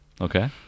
okay